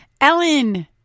Ellen